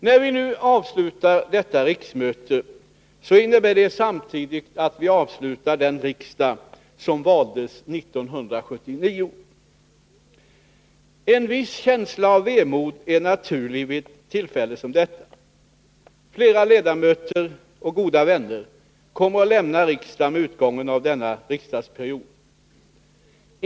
När vi nu avslutar detta riksmöte innebär det samtidigt att vi avslutar den riksdag som valdes 1979. En viss känsla av vemod är naturlig vid tillfällen som detta. Flera ledamöter och goda vänner kommer att lämna riksdagen med utgången av denna riksdagsperiod.